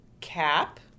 Cap